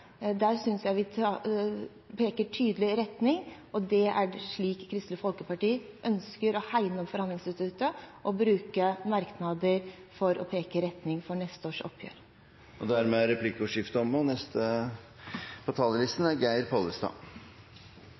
synes jeg peker i tydelig retning. Det er slik Kristelig Folkeparti ønsker å hegne om forhandlingsinstituttet – ved å bruke merknader for å peke ut retningen for neste års oppgjør. Dermed er replikkordskiftet omme. Den norske bonden skal kunne stole på